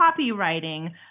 copywriting